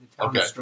Okay